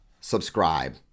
subscribe